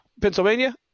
Pennsylvania